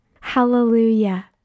Hallelujah